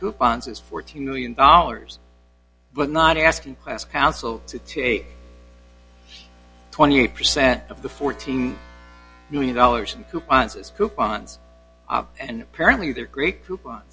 coupons is fourteen million dollars but not asking class council to today twenty eight percent of the fourteen million dollars in coupons is coupons and apparently there are great coupons